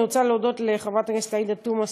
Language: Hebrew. אני רוצה להודות לחברת הכנסת עאידה תומא